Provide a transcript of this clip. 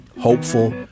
hopeful